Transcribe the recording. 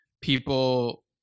people